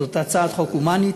זו הצעת חוק הומנית.